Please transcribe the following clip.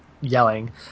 yelling